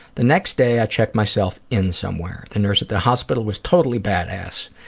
the next day, i checked myself in somewhere. the nurse at the hospital was totally badass.